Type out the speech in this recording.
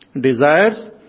desires